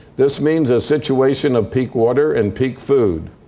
this means a situation of peak water and peak food.